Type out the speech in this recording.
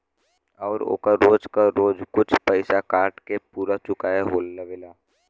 आउर ओकर रोज क रोज कुछ पइसा काट के पुरा चुकाओ लेवला